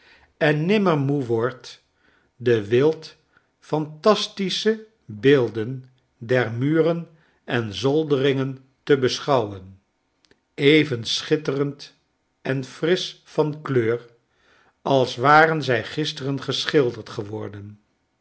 en nimmer moe wordt de wildphantastische beelden der muren en zolderingen te beschouwen even schitterend en frisch van kleur als waren zij gisteren geschilderd geworden